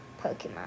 pokemon